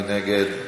מי נגד?